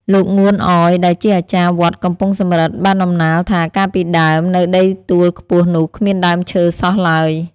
លោក ងួន អយ ដែលជាអាចារ្យវត្តកំពង់សំរឹទ្ធ បានតំណាលថា កាលពីដើម នៅដីទួលខ្ពស់នោះគ្មានដើមឈើសោះឡើយ ។